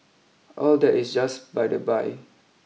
all that is just by the by